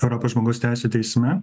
europos žmogaus teisių teisme